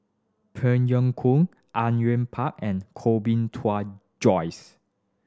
Phey Yew Kok Au Yue Pak and Koh Bee Tuan Joyce